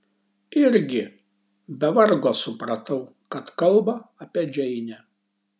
irgi be vargo supratau kad kalba apie džeinę